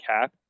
Cap